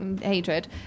hatred